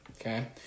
okay